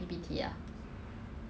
!wah! 很多 pimple hor